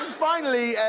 finally,